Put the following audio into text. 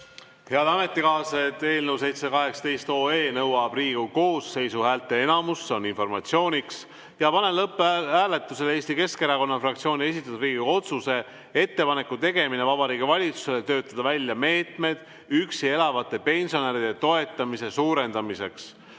Head ametikaaslased, eelnõu 718 nõuab Riigikogu koosseisu häälteenamust, see on informatsiooniks. Panen lõpphääletusele Eesti Keskerakonna fraktsiooni esitatud Riigikogu otsuse "Ettepaneku tegemine Vabariigi Valitsusele töötada välja meetmed üksi elavate pensionäride toetamise suurendamiseks"